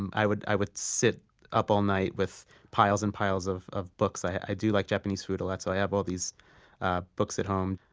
and i would i would sit up all night with piles and piles of of books. i do like japanese food a lot, so i have all these ah books at home.